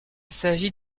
s’agit